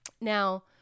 Now